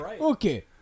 okay